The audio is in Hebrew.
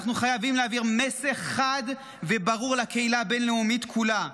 אנחנו חייבים להעביר מסר חד וברור לקהילה הבין-לאומית כולה.